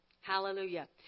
Hallelujah